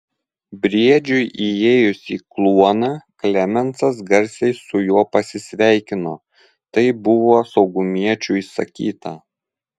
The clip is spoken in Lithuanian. briedžiui įėjus į kluoną klemensas garsiai su juo pasisveikino taip buvo saugumiečių įsakyta